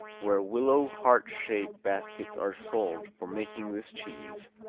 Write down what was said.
where willow heart-shape baskets are sold for making this cheese,